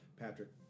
patrick